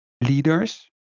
leaders